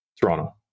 Toronto